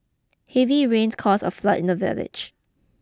heavy rains caused a flood in the village